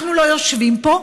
אנחנו לא יושבים פה,